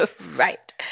Right